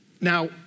Now